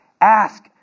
Ask